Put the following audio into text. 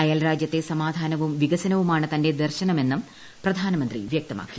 അയൽരാജ്യത്തെ സമാധാനവും വികസനവുമാണ് തന്റെ ദർശനവുമെന്ന് പ്രധാനമന്ത്രി വ്യക്തമാക്കി